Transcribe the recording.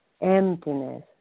emptiness